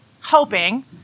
hoping